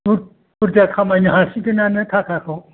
बु बुरजा खामायनो हासिगोनानो थाखाखौ